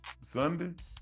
Sunday